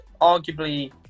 arguably